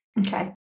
Okay